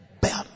better